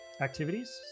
activities